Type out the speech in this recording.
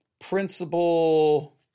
principle